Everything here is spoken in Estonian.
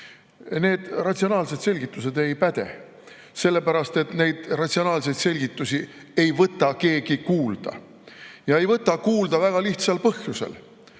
Need ratsionaalsed selgitused ei päde, sellepärast et neid ratsionaalseid selgitusi ei võta keegi kuulda. Ei võta kuulda väga lihtsal põhjusel: